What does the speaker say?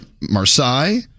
Marseille